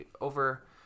over